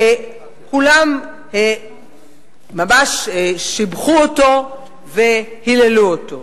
כולם ממש שיבחו אותו והיללו אותו.